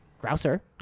Grouser